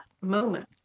moment